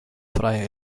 freie